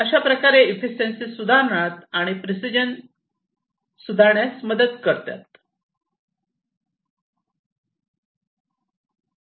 अशाप्रकारे इफिशियंशी सुधारण्यात आणि प्रिसिजन सुस्पष्टता सुधारण्यात मदत करते